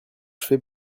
fais